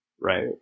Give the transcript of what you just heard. right